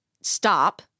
stop